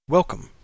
Welcome